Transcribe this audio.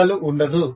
అస్సలు ఉండదు